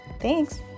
Thanks